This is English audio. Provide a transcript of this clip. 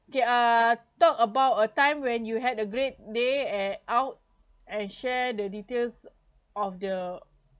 okay uh talk about a time when you had a great day at out and share the details of the